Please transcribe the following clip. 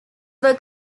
were